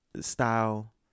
style